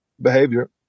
behavior